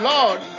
Lord